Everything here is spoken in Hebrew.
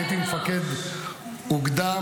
הייתי מפקד אוגדה,